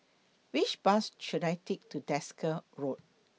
Which Bus should I Take to Desker Road